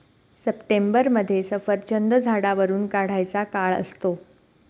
सप्टेंबरमध्ये सफरचंद झाडावरुन काढायचा काळ असतो